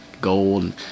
gold